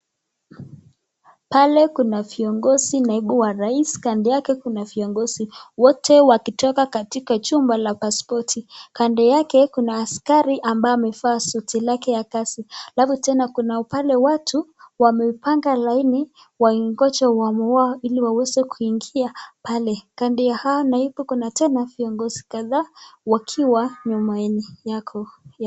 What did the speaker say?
Pale kuna viongozi naibu wa rais, kando yake kuna viongozi wote wakitoka katika chumba cha pasipoti, kando yake kuna askari ambaye amevaa suti yake ya kazi, alafu tena kuna pale watu wamepanga laini wameongoza mmoja wao ili waeze kuingia pale, kando ya hao naibu tena kuna viongozi kadhaa wakiwa nyuma yake.